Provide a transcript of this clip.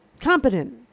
competent